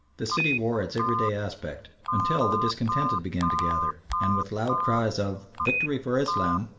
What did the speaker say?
the city wore its everyday aspect, until the discontented began to gather, and with loud cries of victory for islam!